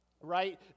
Right